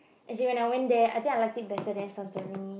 as in when I went there I think I like it better than Santorini